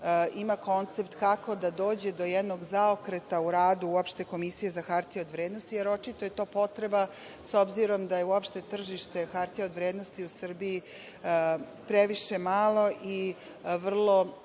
ima koncept kako da dođe do jednog zaokreta u radu uopšte Komisije za hartije od vrednosti jer očito je to potreba, s obzirom da je uopšte tržište hartija od vrednosti u Srbije previše malo i vrlo